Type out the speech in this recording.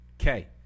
okay